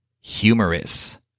Humorous